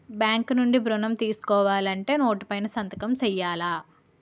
bank నుండి ఋణం తీసుకోవాలంటే నోటు పైన సంతకం సేయాల